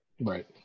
right